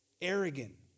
arrogant